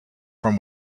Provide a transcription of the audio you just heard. from